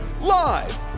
Live